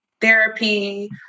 therapy